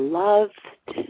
loved